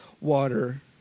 water